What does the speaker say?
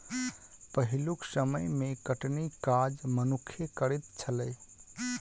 पहिलुक समय मे कटनीक काज मनुक्खे करैत छलै